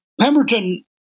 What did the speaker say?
Pemberton